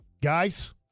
Guys